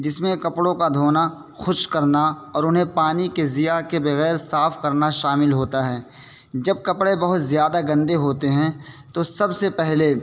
جس میں کپڑوں کا دھونا خشک کرنا اور انہیں پانی کے ضیاء کے بغیر صاف کرنا شامل ہوتا ہے جب کپڑے بہت زیادہ گندے ہوتے ہیں تو سب سے پہلے